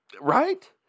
Right